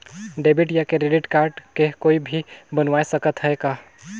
Debit या credit card के कोई भी बनवाय सकत है का?